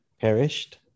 perished